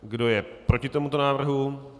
Kdo je proti tomuto návrhu?